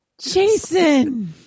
Jason